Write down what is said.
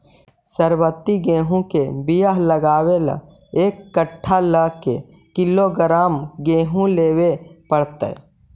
सरबति गेहूँ के बियाह लगबे ल एक कट्ठा ल के किलोग्राम गेहूं लेबे पड़तै?